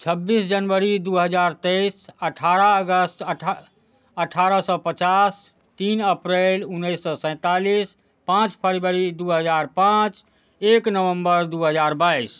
छब्बीस जनवरी दू हजार तेइस अठारह अगस्त अठा अठारह सए पचास तीन अप्रैल उन्नैस सए सैन्तालिस पाँच फरवरी दू हजार पाँच एक नवम्बर दू हजार बाइस